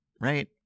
right